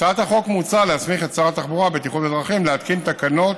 בהצעת החוק מוצע להסמיך את שר התחבורה והבטיחות בדרכים להתקין תקנות